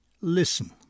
Listen